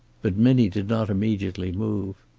but minnie did not immediately move.